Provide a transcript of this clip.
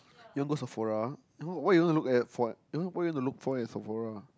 you want go Sephora what you want to look at for what uh what you want to look for at Sephora